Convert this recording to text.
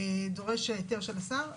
דורש היתר של השר,